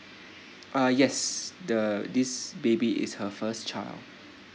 uh yes the this baby is her first child